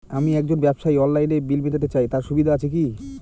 আমি একজন ব্যবসায়ী অনলাইনে বিল মিটাতে চাই তার সুবিধা আছে কি?